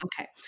Okay